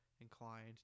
inclined